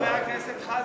חבר הכנסת חזן,